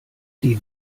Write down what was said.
die